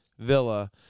Villa